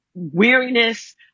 weariness